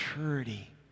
maturity